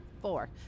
Four